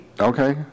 Okay